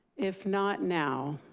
if not now,